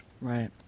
right